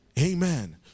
Amen